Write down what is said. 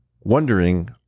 wondering